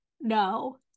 no